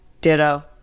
ditto